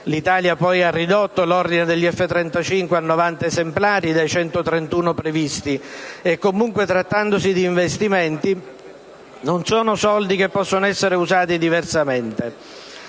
L'Italia poi ha ridotto l'ordine degli F-35 a 90 esemplari, dai 131 previsti, e comunque, trattandosi di investimenti, non sono soldi che possono essere usati diversamente.